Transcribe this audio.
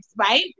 right